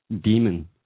demon